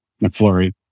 McFlurry